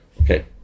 okay